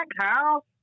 house